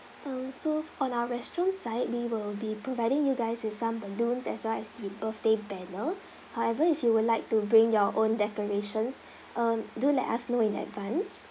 um so on our restaurant side we will be providing you guys with some balloons as well as the birthday banner however if you would like to bring your own decorations um do let us know in advance